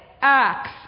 acts